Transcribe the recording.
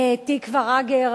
תקוה רגר,